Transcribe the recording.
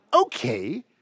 Okay